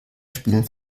spielen